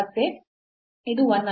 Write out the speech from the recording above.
ಮತ್ತೆ ಇದು 1 ಆಗಿದೆ